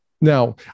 Now